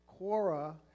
quora